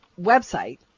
website